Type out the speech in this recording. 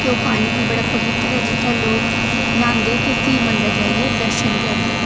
ते ओह् पानी बी बड़ा पवित्तर ऐ जित्थें लोक न्हौंदे ते फ्ही मंदर जाइयै दर्शन करदे